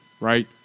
right